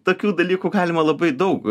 tokių dalykų galima labai daug